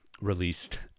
released